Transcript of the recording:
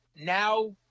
Now